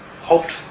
hoped